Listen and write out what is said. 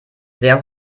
sehr